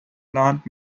plant